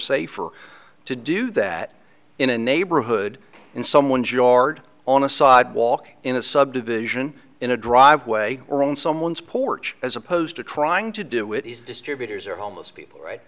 safer to do that in a neighborhood in someone's yard on a sidewalk in a subdivision in a driveway or on someone's porch as opposed to trying to do it is distributors or homeless people right